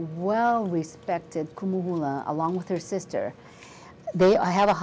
well respected along with her sister i have a